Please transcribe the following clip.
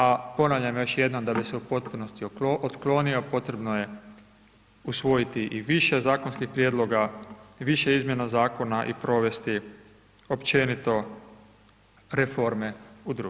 A ponavljam još jednom da bi se u potpunosti otklonio potrebno je usvojiti i više zakonskih prijedloga, više izmjena zakona i provesti općenito reforme u društvu.